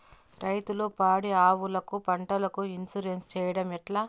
రైతులు పాడి ఆవులకు, పంటలకు, ఇన్సూరెన్సు సేయడం ఎట్లా?